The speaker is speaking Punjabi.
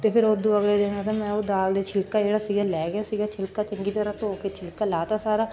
ਅਤੇ ਫਿਰ ਉਹ ਤੋਂ ਅਗਲੇ ਦਿਨ ਫਿਰ ਮੈਂ ਉਹ ਦਾਲ ਦੇ ਛਿਲਕਾ ਜਿਹੜਾ ਸੀਗਾ ਲਹਿ ਗਿਆ ਸੀਗਾ ਛਿਲਕਾ ਚੰਗੀ ਤਰ੍ਹਾਂ ਧੋ ਕੇ ਛਿਲਕਾ ਲਾਹ ਤਾ ਸਾਰਾ